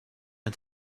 had